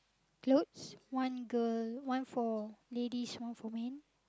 clothes one girl one for ladies one for man